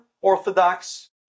orthodox